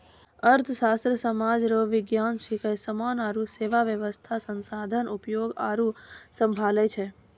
अर्थशास्त्र सामाज रो विज्ञान छिकै समान आरु सेवा वेवस्था संसाधन उपभोग आरु सम्हालै छै